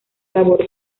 labor